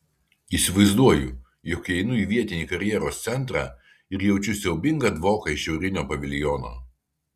įsivaizduoju jog įeinu į vietinį karjeros centrą ir jaučiu siaubingą dvoką iš šiaurinio paviljono